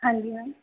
ਹਾਂਜੀ ਮੈਮ